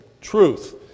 truth